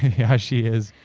yeah she is.